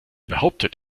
behauptet